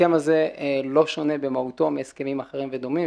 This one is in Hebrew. ההסכם הזה לא שונה במהותו מהסכמים אחרים ודומים,